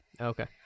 Okay